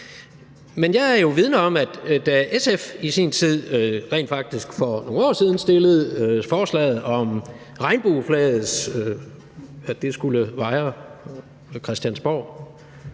Men jeg er jo vidende om, at da SF rent faktisk for nogle år siden stillede forslaget om, at regnbueflaget skulle vejre på Christiansborg,